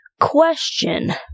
question